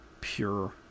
pure